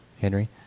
henry